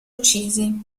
uccisi